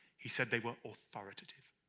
he said they were authoritative